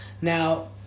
Now